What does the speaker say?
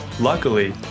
Luckily